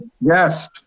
Yes